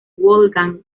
wolfgang